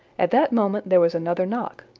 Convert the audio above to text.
at that moment there was another knock,